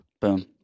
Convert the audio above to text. Boom